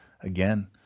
again